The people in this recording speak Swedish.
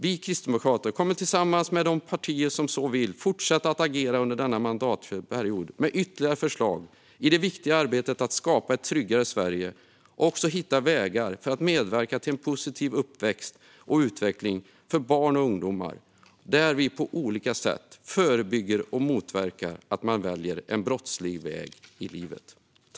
Vi kristdemokrater kommer tillsammans med de partier som så vill att fortsätta att agera under denna mandatperiod med ytterligare förslag i det viktiga arbetet att skapa ett tryggare Sverige och också hitta vägar för att medverka till en positiv uppväxt och utveckling för barn och ungdomar där vi på olika sätt förebygger och motverkar att de väljer en brottslig väg i livet.